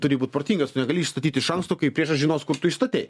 turi būt protingas negali statyti iš anksto kai priešas žinos kur tu išstatei